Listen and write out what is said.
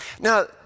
Now